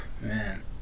man